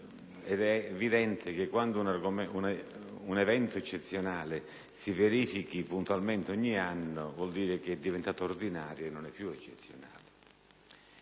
ma è evidente che quando un evento del genere si verifica puntualmente ogni anno, vuol dire che è diventato ordinario e non è più eccezionale.